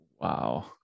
Wow